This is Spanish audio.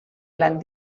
plan